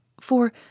For